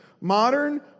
Modern